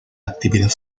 actividad